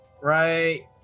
right